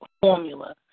formula